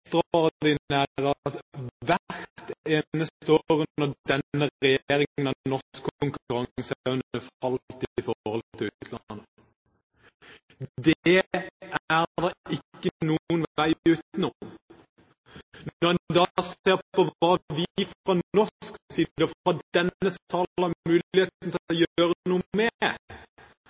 denne regjeringen har norsk konkurranseevne falt i forhold til utlandet. Det er det ikke noen vei utenom. Når en da ser på hva vi fra norsk side og fra denne sal har muligheten til å gjøre noe med